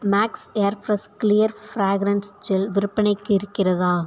maths air fresh clear fragrance gel விற்பனைக்கு இருக்கிறதா